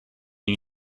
you